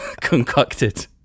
concocted